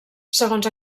segons